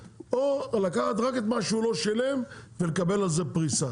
או לקחת רק את מה שהוא לא שילם ולקבל על זה פריסה.